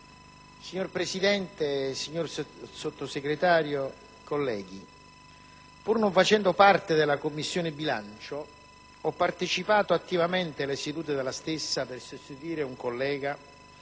Signor Presidente, signor Sottosegretario, colleghi, pur non facendo parte della Commissione bilancio ho partecipato attivamente alle sedute della stessa per sostituire un collega